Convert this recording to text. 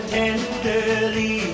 tenderly